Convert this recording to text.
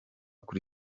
kuri